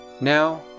Now